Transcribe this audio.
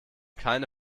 keine